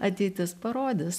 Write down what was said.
ateitis parodys